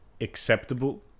acceptable